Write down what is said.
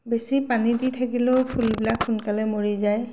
বেছি পানী দি থাকিলেও ফুলবিলাক সোনকালে মৰি যায়